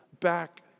back